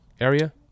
area